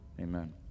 Amen